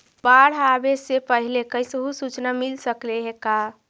बाढ़ आवे से पहले कैसहु सुचना मिल सकले हे का?